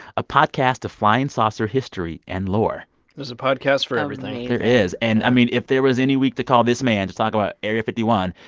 a podcast of flying saucer history and lore there's a podcast for everything amazing there is. and i mean, if there is any week to call this man to talk about area fifty one,